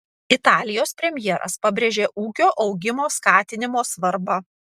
italijos premjeras pabrėžė ūkio augimo skatinimo svarbą